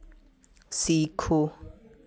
सीखो